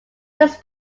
this